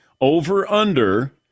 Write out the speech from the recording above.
over-under